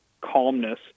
calmness